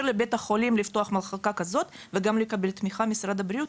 לבית החולים לפתוח מחלקה כזאת וגם לקבל תמיכה ממשרד הבריאות,